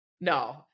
No